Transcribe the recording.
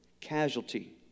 casualty